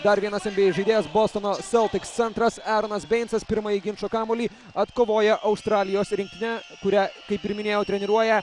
dar vienas nba žaidėjas bostono celtics centras eronas beinsas pirmąjį ginčo kamuolį atkovoja australijos rinktinė kurią kaip ir minėjau treniruoja